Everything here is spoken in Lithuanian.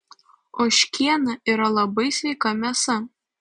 ožkiena yra labai sveika mėsa